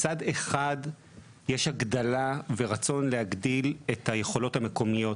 מצד אחד יש הגדלה ורצון להגדיל את היכולות המקומיות